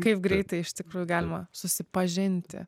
kaip greitai iš tikrųjų galima susipažinti